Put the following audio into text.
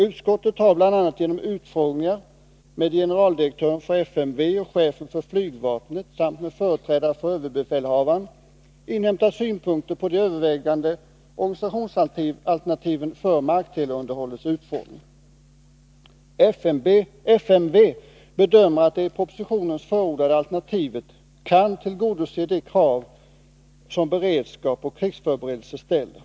Utskottet har bl.a. genom utfrågningar med generaldirektören för FMV och chefen för flygvapnet samt med företrädare för överbefälhavaren inhämtat synpunkter på de övervägda organisationsalternativen för markteleunderhållets utformning. FMV bedömer att det i propositionen förordade alternativet kan tillgodose de krav som beredskap och krigsförberedelse ställer.